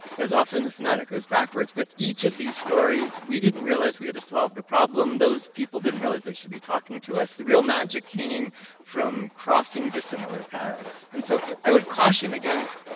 as often as not, it goes backwards. but each of these stories, we didn't realize we had to solve the problem. those people didn't realize they should be talking to us. the real magic came from crossing dissimilar paths. and so i would caution against,